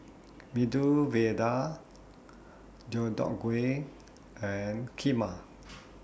Medu Vada Deodeok Gui and Kheema